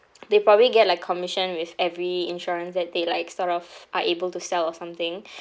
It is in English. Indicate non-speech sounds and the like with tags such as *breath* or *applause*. they probably get like commission with every insurance that they like sort of are able to sell or something *breath*